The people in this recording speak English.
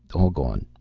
all gone.